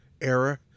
era